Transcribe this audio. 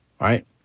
right